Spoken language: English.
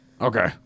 Okay